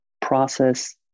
process